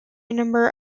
number